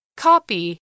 Copy